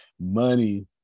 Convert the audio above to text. money